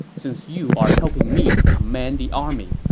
since you are helping me to command the army,